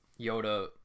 Yoda